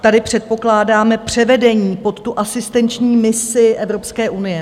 Tady předpokládáme převedení pod asistenční misi Evropské unie.